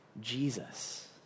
Jesus